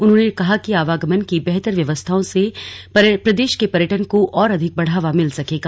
उन्होंने कहा कि आवागमन की बेहतर व्यवस्थाओं से प्रदेश के पर्यटन को और अधिक बढ़ावा मिल सकेगा